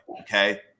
okay